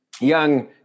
young